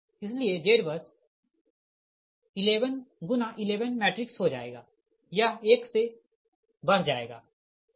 इसलिए ZBUS 1111 matrix हो जाएगा यह 1 से बढ़ जाएगा ठीक